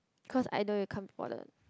cause I know you can't be bothered